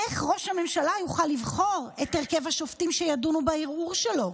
איך ראש הממשלה יוכל לבחור את הרכב השופטים שידונו בערעור שלו?